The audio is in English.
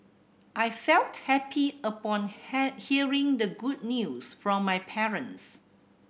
I felt happy upon had hearing the good news from my parents